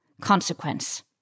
consequence